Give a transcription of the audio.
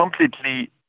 completely